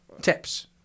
Tips